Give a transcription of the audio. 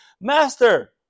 Master